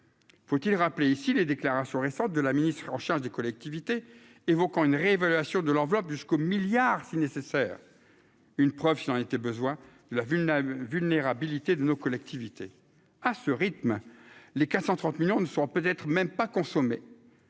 faut-il rappeler ici les déclarations récentes de la ministre en charge des collectivités, évoquant une réévaluation de l'enveloppe jusqu'au milliard si nécessaire une preuve s'il en était besoin, la ville vulnérabilité de nos collectivités à ce rythme, les 430 millions ne sont peut-être même pas consommé,